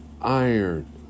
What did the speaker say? iron